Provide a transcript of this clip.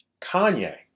Kanye